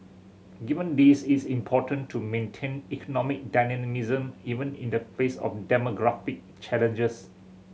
given this it is important to maintain economic dynamism even in the face of demographic challenges